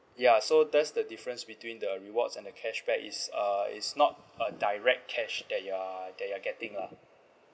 ya so that's the difference between the rewards and the cashback is uh it's not a direct cash that you're that you're getting lah